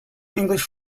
english